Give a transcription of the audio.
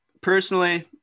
personally